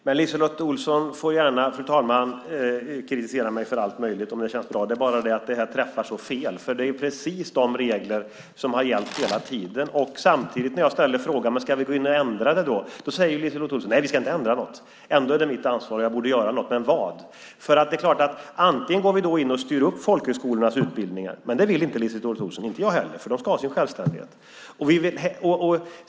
Fru talman! LiseLotte Olsson får gärna kritisera mig för allt möjligt om det känns bra. Det är bara det att detta träffar så fel. Det är precis samma regler som har gällt hela tiden. När jag ställer frågan om vi ska ändra det, säger LiseLotte Olsson att vi inte ska ändra något. Och ändå är det mitt ansvar, och jag borde göra något, men vad? Vi skulle kunna styra upp folkhögskolornas utbildningar, men det vill inte LiseLotte Olsson, och inte jag heller. De ska ha sin självständighet.